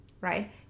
right